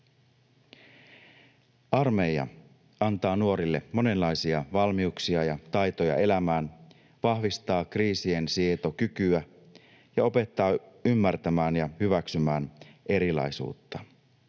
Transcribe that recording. Armeija antaa nuorille monenlaisia valmiuksia ja taitoja elämään, vahvistaa kriisinsietokykyä ja opettaa ymmärtämään ja hyväksymään erilaisuutta.